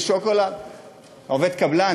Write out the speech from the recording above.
עובד קבלן,